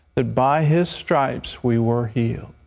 that by his stripes we were healed.